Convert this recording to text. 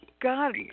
God